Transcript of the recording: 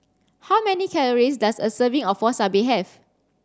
how many calories does a serving of Wasabi have